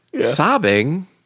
sobbing